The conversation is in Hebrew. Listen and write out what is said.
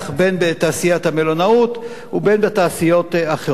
בין בתעשיית המלונאות ובין בתעשיות אחרות.